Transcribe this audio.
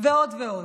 ועוד ועוד.